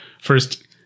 first